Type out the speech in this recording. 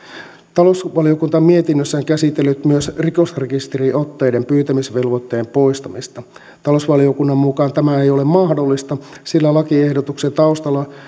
talousvaliokunta on mietinnössään käsitellyt myös rikosrekisteriotteiden pyytämisvelvoitteen poistamista talousvaliokunnan mukaan tämä ei ole mahdollista sillä lakiehdotuksen taustalla